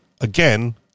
again